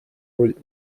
роль